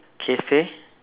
cafe